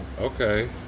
Okay